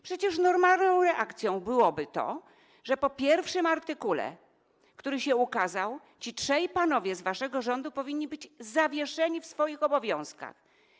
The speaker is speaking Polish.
Przecież normalną reakcją byłoby to, że po pierwszym artykule, który się ukazał, ci trzej panowie z waszego rządu byliby zawieszeni w swoich obowiązkach.